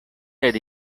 sed